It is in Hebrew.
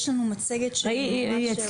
יש לנו מצגת שהיא ממש מפרטת.